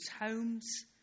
homes